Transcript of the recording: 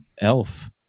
elf